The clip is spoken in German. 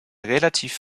relativ